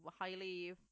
highly